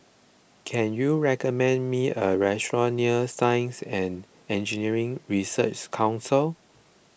can you recommend me a restaurant near Science and Engineering Research Council